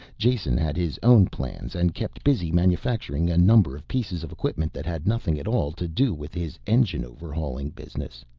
jason had his own plans and kept busy manufacturing a number of pieces of equipment that had nothing at all to do with his engine-overhauling business.